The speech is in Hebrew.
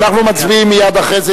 אנחנו מצביעים מייד אחרי זה,